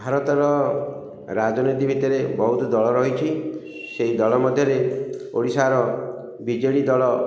ଭାରତର ରାଜନୀତି ଭିତରେ ବହୁତ ଦଳ ରହିଛି ସେଇ ଦଳ ମଧ୍ୟରେ ଓଡ଼ିଶାର ବି ଜେ ଡ଼ି ଦଳ